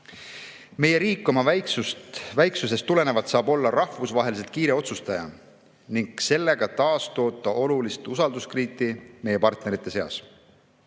Meie riik saab oma väiksusest tulenevalt olla rahvusvaheliselt kiire otsustaja ning sellega taastoota olulist usalduskrediiti meie partnerite seas.